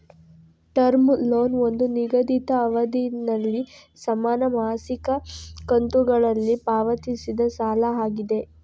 term loan ಒಂದು ನಿಗದಿತ ಅವಧಿನಲ್ಲಿ ಸಮಾನ ಮಾಸಿಕ ಕಂತುಗಳಲ್ಲಿ ಪಾವತಿಸಿದ ಸಾಲ ಆಗಿದೆ